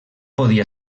podia